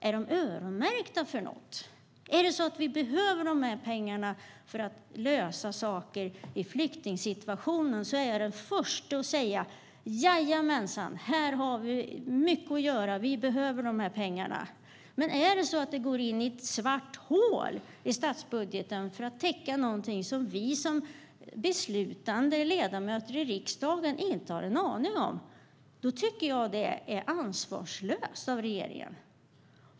Är de öronmärkta för något? Behöver vi de här pengarna för att ordna något i flyktingsituationen? Då är jag den första att säga: Jajamensan, här har vi mycket att göra, och vi behöver de här pengarna. Men är det så att pengarna går in i ett svart hål i statsbudgeten för att täcka något som vi som beslutande ledamöter i riksdagen inte har en aning om tycker jag att det är ansvarslöst av regeringen.